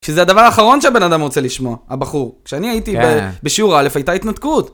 שזה הדבר האחרון שהבן אדם רוצה לשמוע, הבחור. כשאני הייתי בשיעור א', הייתה התנותקות.